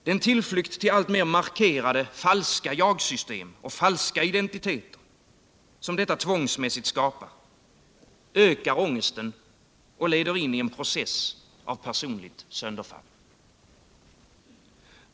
Den tillflykt till alltmer markerade falska jagsystem och falska identiteter som detta tvångsmässigt skapar, ökar ångesten och leder in i en process av personligt sönderfall.